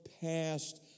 past